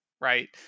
right